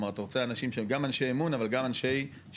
כלומר אתה רוצה אנשים שהם גם אנשי אמון אבל גם אנשים שיכולים